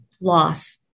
loss